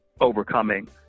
overcoming